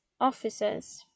officers